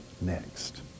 next